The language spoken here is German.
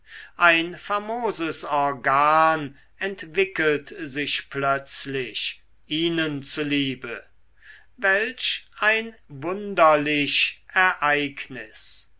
ein famoses organ entwickelt sich plötzlich ihnen zuliebe welch ein wunderlich ereignis